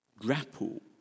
grapple